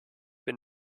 bin